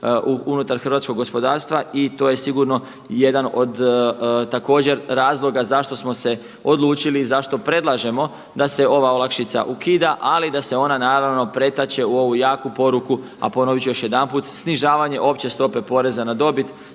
unutar hrvatskog gospodarstva i to je sigurno jedan od također razloga zašto smo se odlučili i zašto predlažemo da se ova olakšica ukida. Ali da se ona naravno pretače u ovu jaku poruku, a ponovit ću još jedanput snižavanje opće stope poreza na dobit